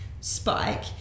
spike